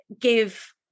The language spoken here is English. give